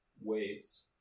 waste